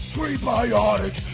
Prebiotic